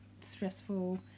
stressful